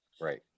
Right